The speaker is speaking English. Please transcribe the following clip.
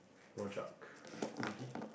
rojak maybe